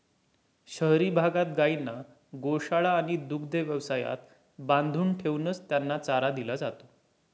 शहरी भागात गायींना गोशाळा आणि दुग्ध व्यवसायात बांधून ठेवूनच त्यांना चारा दिला जातो